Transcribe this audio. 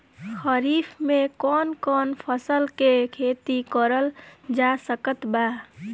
खरीफ मे कौन कौन फसल के खेती करल जा सकत बा?